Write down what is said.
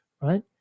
right